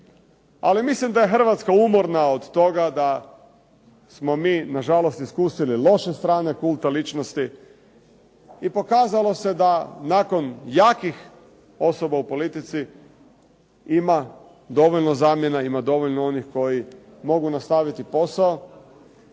ali mislim da je Hrvatska umorna od toga da smo mi nažalost iskusili loše strane kulta ličnosti i pokazalo se da nakon jakih osoba u politici ima dovoljno zamjena, ima dovoljno onih koji mogu nastaviti posao.